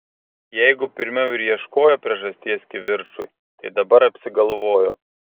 jeigu pirmiau ir ieškojo priežasties kivirčui tai dabar apsigalvojo